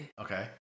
Okay